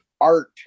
art